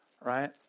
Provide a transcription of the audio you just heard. right